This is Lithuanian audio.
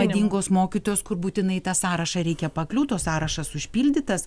madingos mokytojos kur būtinai į tą sąrašą reikia pakliūt o sąrašas užpildytas